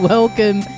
Welcome